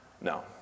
No